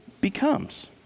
becomes